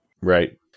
Right